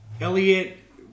Elliot